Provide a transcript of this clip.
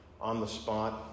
on-the-spot